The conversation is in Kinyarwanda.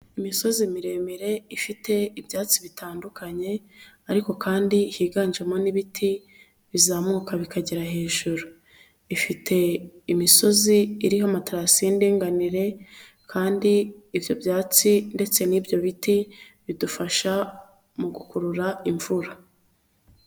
Imisozi miremire ifite ibyatsi bitandukanye ariko kandi higanjemo n'ibiti bizamuka bikagera hejuru, ifite imisozi iriho amaterasi y'indinganire kandi ibyo byatsi ndetse n'ibyo biti bidufasha mu gukurura imvura.